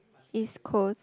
East Coast